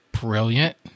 brilliant